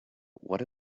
what